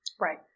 right